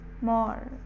More